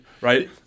Right